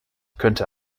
könnte